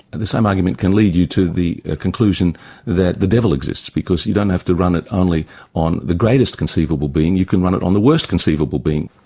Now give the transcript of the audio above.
the same argument can lead you to the conclusion that the devil exists, because you don't have to run it only on the greatest conceivable being, you can run it on the worst conceivable being.